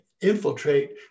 infiltrate